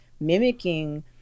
mimicking